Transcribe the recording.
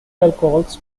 alcohols